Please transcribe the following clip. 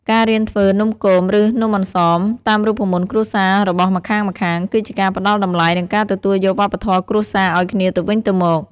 ការរៀនធ្វើ "នំគម" ឬ "នំអន្សម" តាមរូបមន្តគ្រួសាររបស់ម្ខាងៗ គឺជាការផ្ដល់តម្លៃ និងការទទួលយកវប្បធម៌គ្រួសារឱ្យគ្នាទៅវិញទៅមក។